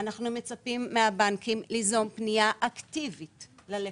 אנחנו מצפים מהבנקים ליזום פנייה אקטיבית ללקוחות.